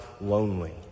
lonely